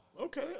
Okay